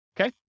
okay